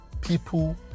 people